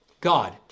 God